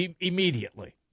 immediately